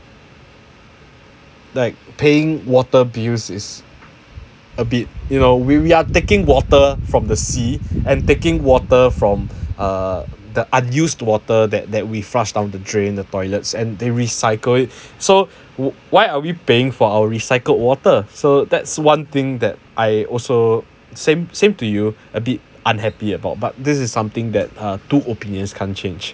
like paying water bills is a bit you know we we are taking water from the sea and taking water from uh the unused water that that we flushed down the drain the toilets and they recycle it so wh~ why are we paying for our recycled water so that's one thing that I also same same to you a bit unhappy about but this is something that err two opinions can change